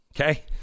Okay